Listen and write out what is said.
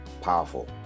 powerful